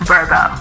Virgo